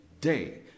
day